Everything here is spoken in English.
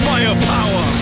Firepower